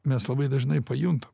mes labai dažnai pajuntam